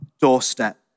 doorstep